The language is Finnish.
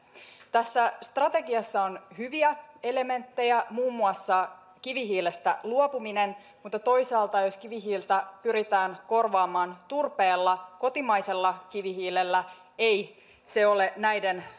tässä strategiassa on hyviä elementtejä muun muassa kivihiilestä luopuminen mutta toisaalta jos kivihiiltä pyritään korvaamaan turpeella kotimaisella kivihiilellä ei se ole näiden